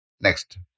Next